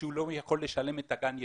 כשהוא לא יכול לשלם את גן הילדים,